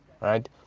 right